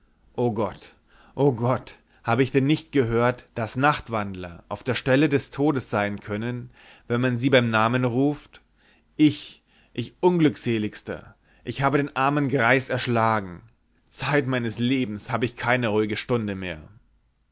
herr gott herr gott habe ich denn nicht gehört daß nachtwandler auf der stelle des todes sein können wenn man sie beim namen ruft ich ich unglückseligster ich habe den armen greis erschlagen zeit meines lebens habe ich keine ruhige stunde mehr